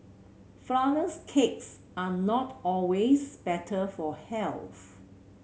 flourless cakes are not always better for health